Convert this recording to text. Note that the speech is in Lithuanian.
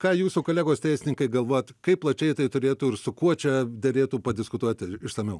ką jūsų kolegos teisininkai galvojat kaip plačiai tai turėtų ir su kuo čia derėtų padiskutuoti išsamiau